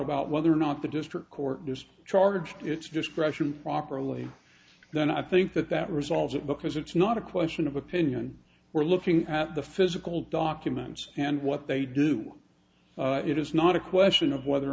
about whether or not the district court charged its discretion properly then i think that that resolves it because it's not a question of opinion we're looking at the physical documents and what they do it is not a question of whether or